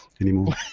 anymore